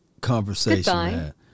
conversation